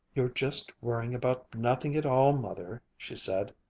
you're just worrying about nothing at all, mother, she said,